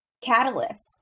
catalyst